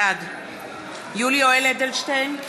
בעד יולי יואל אדלשטיין,